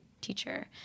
teacher